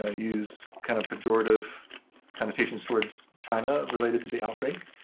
ah use kind of pejorative connotation towards china related to the outbreak.